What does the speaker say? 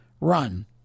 run